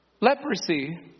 leprosy